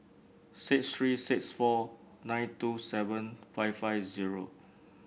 six three six four nine two seven five five zero